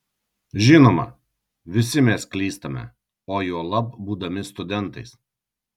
žinoma visi mes klystame o juolab būdami studentais